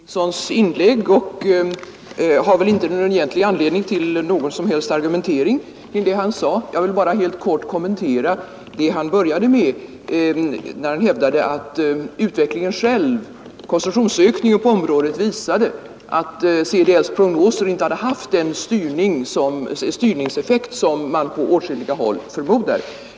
Herr talman! Jag begärde ordet med anledning av herr Henningssons inlägg, även om jag väl egentligen inte har någon anledning att argumentera mot vad han sade. Jag vill bara helt kort kommentera vad han inledningsvis sade när han hävdade att utvecklingen själv, dvs. konsumtionsökningen på området, visat att CDL:s prognoser inte hade haft den styrningseffekt som man på åtskilliga håll förmodat.